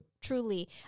Truly